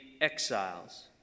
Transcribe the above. exiles